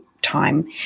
Time